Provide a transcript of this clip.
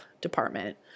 department